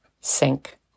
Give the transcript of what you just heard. sink